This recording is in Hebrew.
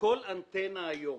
כל אנטנה היום